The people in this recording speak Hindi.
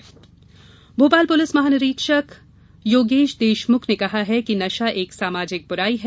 नशा विरोध भोपाल पुलिस महानिरीक्षक योगेश देशमुख ने कहा है कि नशा एक सामाजिक बुराई है